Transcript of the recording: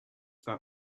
about